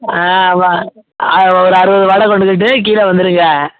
ஆமாம் ஒரு அறுபது வடை கொண்டுக்கிட்டு கீழே வந்துருங்க